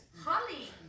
Holly